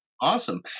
Awesome